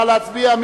נא להצביע.